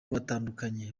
batandukanye